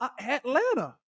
atlanta